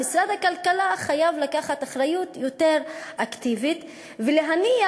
משרד הכלכלה חייב לקחת אחריות יותר אקטיבית ולהניח